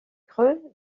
creux